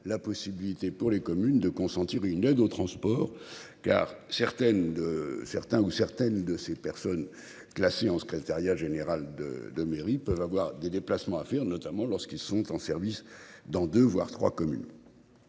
la possibilité pour les communes de consentir une aide aux transports car certaines de certains ou certaines de ces personnes classées en secrétariat général de de mairies peuvent avoir des déplacements à faire, notamment lorsqu'ils sont en service dans 2 voire 3 communes.